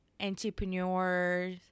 entrepreneurs